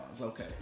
Okay